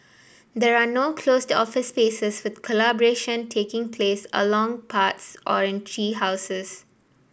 there are no closed office spaces with collaboration taking place along paths or in tree houses